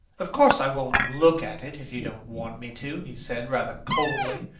of course i won't look at it if you don't want me to, he said, rather coldly,